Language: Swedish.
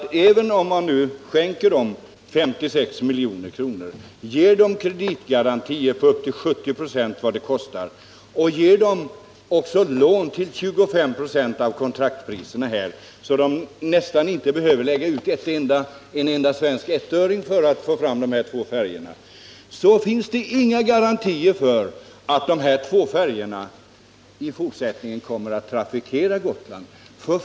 Men även om man skänker bolaget i fråga 56 milj.kr., ger det kreditgarantier på upp till 70 96 av vad färjorna kostar och ger det lån på 25 96 av kontraktpriserna så att det nästan inte behöver lägga ut en svensk ettöring självt för att få fram dessa två färjor, så finns det inga garantier för att dessa två färjor i fortsättningen kommer att trafikera Gotland.